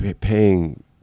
paying